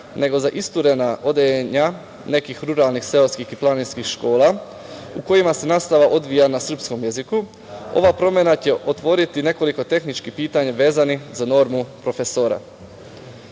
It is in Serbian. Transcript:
nego i za isturena odeljenja nekih ruralnih seoskih i planinskih škola u kojima se nastava odvija na srpskom jeziku, ova promena će otvoriti nekoliko tehničkih pitanja vezanih za normu profesora. Nadamo